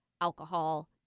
alcohol